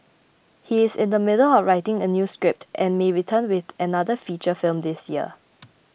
he is in the middle of writing a new script and may return with another feature film this year